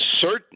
certain